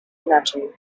inaczej